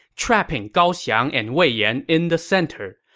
trapping gao xiang and wei yan in the center.